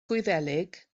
gwyddeleg